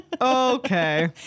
Okay